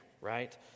right